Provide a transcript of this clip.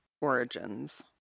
origins